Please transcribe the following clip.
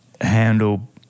handle